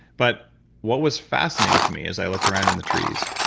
but what was fascinating to me as i looked around in the trees,